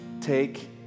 take